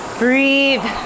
breathe